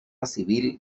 civil